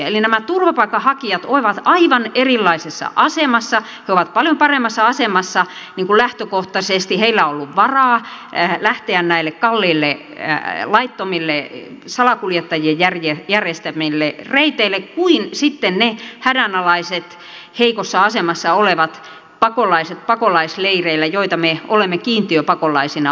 eli nämä turvapaikanhakijat ovat aivan erilaisessa asemassa he ovat paljon paremmassa asemassa lähtökohtaisesti heillä on ollut varaa lähteä näille kalliille laittomille salakuljettajien järjestämille reiteille kuin sitten ne hädänalaiset heikossa asemassa olevat pakolaiset pakolaisleireillä joita me olemme kiintiöpakolaisina ottaneet